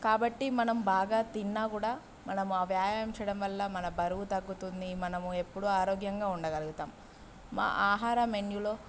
కాబట్టి మనం బాగా తిన్నా కూడా మనము ఆ వ్యాయామం చేయడం వల్ల మన బరువు తగ్గుతుంది మనము ఎప్పుడూ ఆరోగ్యంగా ఉండగలుగుతాం మా ఆహార మెనూలో